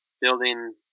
building